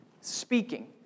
Speaking